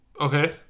Okay